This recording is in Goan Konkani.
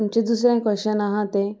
आमचे दुसरें क्वेशन आसा तें